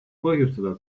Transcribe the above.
põhjustada